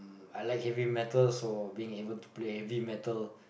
I like heavy metal so being able to play heavy metal